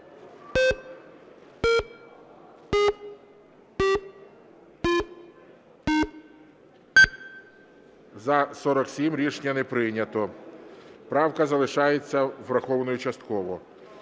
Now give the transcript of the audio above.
За-47 Рішення не прийнято. Правка залишається врахованою частково.